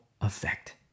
effect